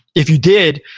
if you did,